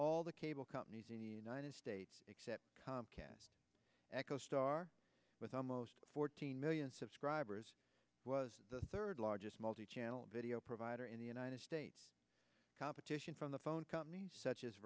all the cable companies in the united states except comcast echostar with almost fourteen million subscribers was the third largest multichannel video provider in the united states competition from the phone companies such as